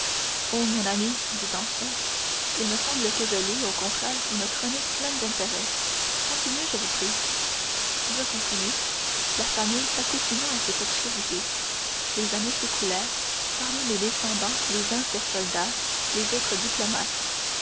ô mon ami dit dantès il me semble que je lis au contraire une chronique pleine d'intérêt continuez je vous prie je continue la famille s'accoutuma à cette obscurité les années s'écoulèrent parmi les descendants les uns furent soldats les autres diplomates